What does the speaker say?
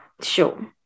Sure